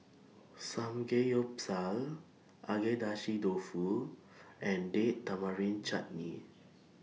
Samgeyopsal Agedashi Dofu and Date Tamarind Chutney